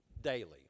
daily